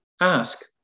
Ask